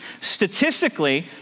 Statistically